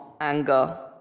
anger